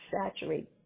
saturate